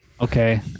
Okay